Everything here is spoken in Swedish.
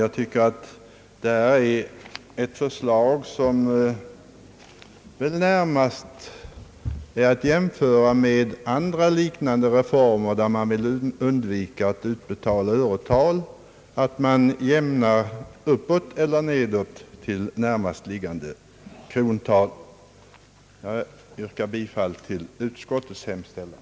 Jag tycker att detta förslag närmast är att jämföra med andra liknande reformer, där man vill undvika att utbetala öretal och därför utjämnar beloppen uppåt eller nedåt till närmast liggande krontal. Jag yrkar bifall till utskottets hemställan.